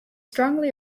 strongly